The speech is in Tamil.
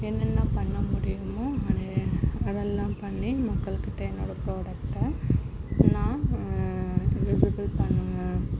என்னென்ன பண்ண முடியுமோ அது அதெல்லாம் பண்ணி மக்களுக்கு தேவையான ஒரு ப்ராடக்ட்டை நான் விசிப்பிள் பண்ணுவேன்